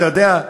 אתה יודע,